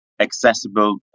accessible